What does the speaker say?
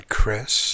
Chris